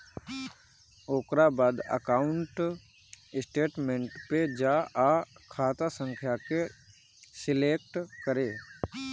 ओकरा बाद account statement पे जा आ खाता संख्या के सलेक्ट करे